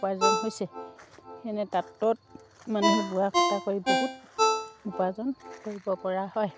উপাৰ্জন হৈছে এনেই তাঁতত মানুহে বোৱা কটা কৰি বহুত উপাৰ্জন কৰিব পৰা হয়